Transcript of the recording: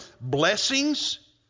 blessings